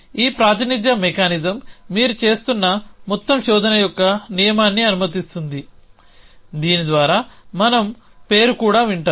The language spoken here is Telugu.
ఈ ప్రాతినిధ్య మెకానిజం మీరు చేస్తున్న మొత్తం శోధన యొక్క నియమాన్ని అనుమతిస్తుంది దీని ద్వారా మనం పేరు కూడా వింటాము